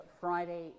Friday